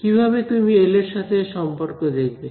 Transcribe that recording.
কিভাবে তুমি এল এর সাথে এর সম্পর্ক লিখবে